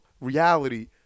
reality